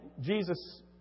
Jesus